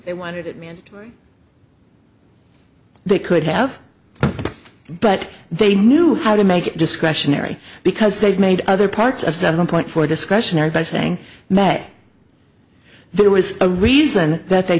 they wanted it mandatory they could have but they knew how to make it discretionary because they've made other parts of seven point four discretionary by saying that there was a reason that they